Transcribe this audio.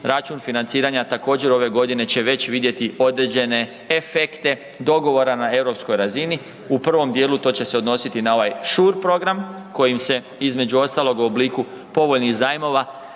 račun financiranja također ove godine će već vidjeti određene efekte dogovora na europskoj razini. U prvom dijelu to će se odnositi na ovaj Shore Program kojim se između ostalog u obliku povoljnih zajmova